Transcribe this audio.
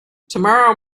tomorrow